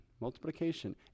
multiplication